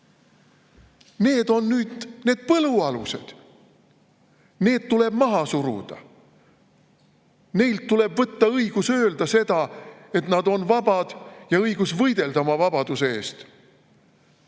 on nüüd need põlualused. Need tuleb maha suruda. Neilt tuleb võtta õigus öelda seda, et nad on vabad ja et neil õigus võidelda oma vabaduse eest.